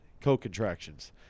co-contractions